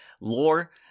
lore